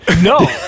No